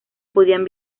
podían